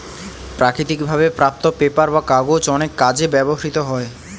প্রাকৃতিক ভাবে প্রাপ্ত পেপার বা কাগজ অনেক কাজে ব্যবহৃত হয়